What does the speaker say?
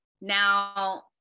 Now